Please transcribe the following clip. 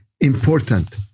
important